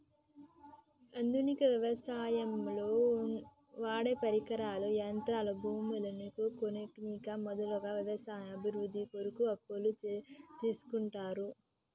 ఆధునిక వ్యవసాయంలో వాడేపరికరాలు, యంత్రాలు, భూములను కొననీకి మొదలగు వ్యవసాయ అభివృద్ధి కొరకు అప్పులు తీస్కుంటరు